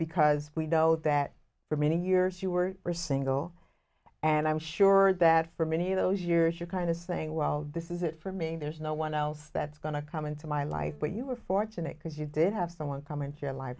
because we know that for many years you were single and i'm sure that for many of those years you're kind of saying well this is it for me there's no one else that's going to come into my life when you were fortunate because you did have someone come into your life